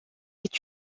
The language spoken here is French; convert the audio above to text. est